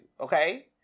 okay